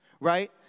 right